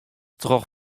troch